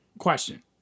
question